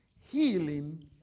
healing